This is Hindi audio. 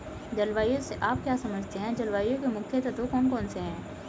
जलवायु से आप क्या समझते हैं जलवायु के मुख्य तत्व कौन कौन से हैं?